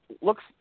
looks